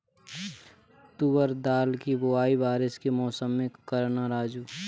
तुवर दाल की बुआई बारिश के मौसम में करना राजू